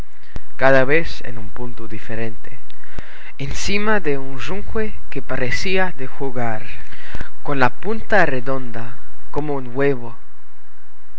cada vez en un punto diferente encima de un yunque que parecía de jugar con la punta redonda como un huevo